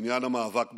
בעניין המאבק בטרור.